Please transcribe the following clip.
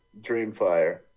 Dreamfire